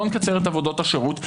לא נקצר את עבודות השירות.